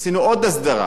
עשינו עוד הסדרה,